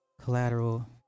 Collateral